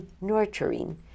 nurturing